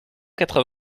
quatre